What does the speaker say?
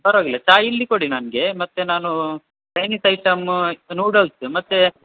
ಪರವಾಗಿಲ್ಲ ಚಾ ಇಲ್ಲಿ ಕೊಡಿ ನನಗೆ ಮತ್ತು ನಾನೂ ಚೈನೀಸ್ ಐಟಮ್ಮು ನೂಡಲ್ಸ್ ಮತ್ತು